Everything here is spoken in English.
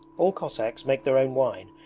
all cossacks make their own wine,